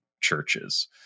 churches